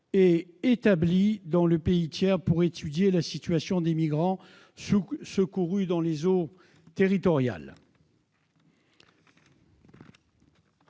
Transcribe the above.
et établis dans des pays tiers pour étudier la situation des migrants secourus dans les eaux internationales.